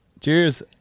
Cheers